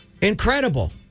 Incredible